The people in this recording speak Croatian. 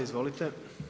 Izvolite.